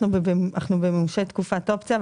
אנחנו מממשים תקופת אופציה,